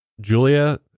julia